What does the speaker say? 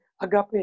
agape